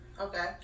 Okay